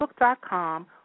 facebook.com